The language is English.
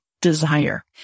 desire